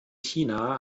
china